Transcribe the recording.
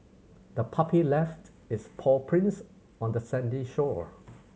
the puppy left its paw prints on the sandy shore